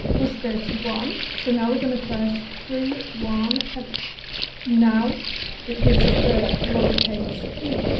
was thirty one so now, we're going to press three one and now it gives us the lowercase e